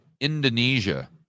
Indonesia